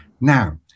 Now